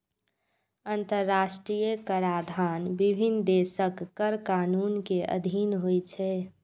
अंतरराष्ट्रीय कराधान विभिन्न देशक कर कानून के अधीन होइ छै